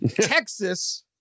Texas